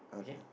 okay